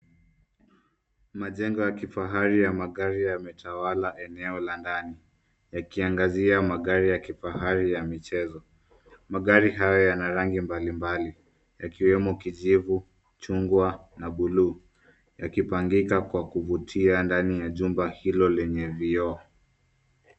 Majengo ya kifahari ya magari yametawala eneo la ndani yakiangazia magari ya kifahari ya michezo, magari haya yana rangi mbali mbali yakiwemo kijivu, jungwa na bluu, yakipangika kwa kuvutia ndani ya chumba hilo lenye vioo.